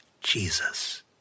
Jesus